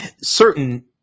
certain